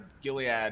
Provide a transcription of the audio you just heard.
Gilead